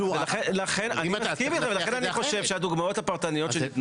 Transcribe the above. ולכן --- אז צריך לנסח את זה אחרת.